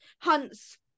hunts